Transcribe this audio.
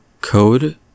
Code